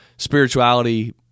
Spirituality